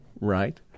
Right